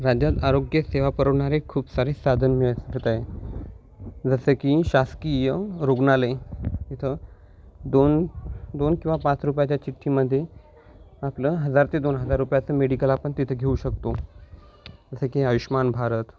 राज्यात आरोग्य सेवा पवणारे खूप सारे साधन व्यवस्थेत आहे जसं की शासकीय रुग्णालय इथं दोन दोन किंवा पाच रुपयाच्या चिठ्ठीमध्ये आपलं हजार ते दोन हजार रुपयाचं मेडिकल आपण तिथे घेऊ शकतो जसं की आयुष्मान भारत